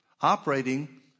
operating